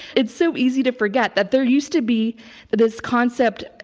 it's so easy to forget that there used to be this concept,